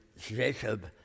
Jacob